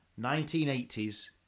1980s